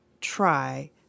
try